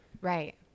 right